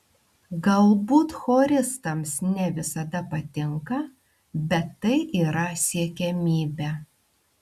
galbūt choristams ne visada patinka bet tai yra siekiamybė